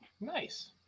Nice